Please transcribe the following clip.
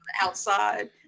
outside